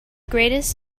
greatest